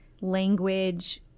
Language